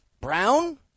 Brown